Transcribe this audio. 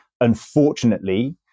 unfortunately